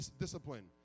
discipline